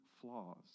flaws